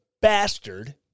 bastard